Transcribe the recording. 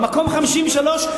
מקום 53?